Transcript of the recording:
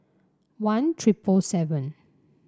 one triple seven